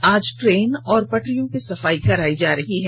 आज ट्रेन और पटरियों की सफाई कराई जा रही है